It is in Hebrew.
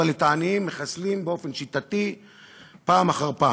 אבל את העניים מחסלים באופן שיטתי פעם אחר פעם.